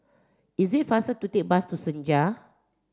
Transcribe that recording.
it is faster to take the bus to Senja